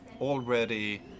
already